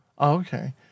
Okay